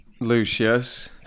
Lucius